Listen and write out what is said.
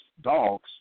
dogs